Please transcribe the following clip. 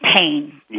pain